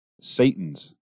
satan's